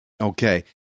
Okay